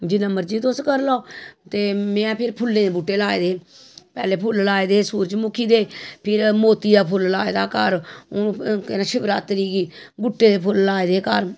जिन्ना मर्जी तुस करी लैओ ते में फिर फुल्लें दे बूह्टे लाए दे हे पैह्लें फुल्ल लाए दे हे सूरजमुखी दे फिर मोती दा फुल्ल लाए दा हा घर हून शिवरात्री गी गुट्टे दे फुल्ल लाए दे हे घर